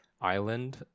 Island